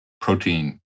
protein